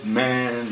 man